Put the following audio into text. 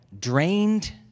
drained